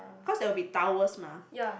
cause there will be towers mah